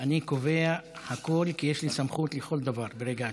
אני קובע הכול, כי יש לי סמכות לכל דבר ברגע זה.